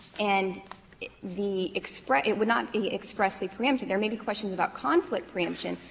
and the express it would not be expressly preempted. there may be questions about conflict preemption,